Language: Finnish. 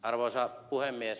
arvoisa puhemies